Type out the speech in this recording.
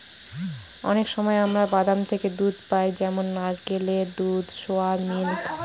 অনেক সময় আমরা বাদাম থেকে দুধ পাই যেমন নারকেলের দুধ, সোয়া মিল্ক